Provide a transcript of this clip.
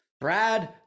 Brad